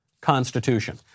constitution